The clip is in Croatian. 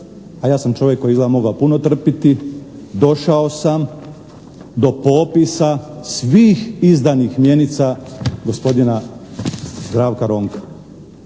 a ja sam čovjek koji je izgledao mogao puno trpjeti došao sam do popisa svih izdanih mjenica gospodina Zdravka Ronka.